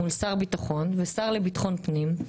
מול שר ביטחון ושר לביטחון פנים,